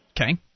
Okay